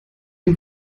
ihm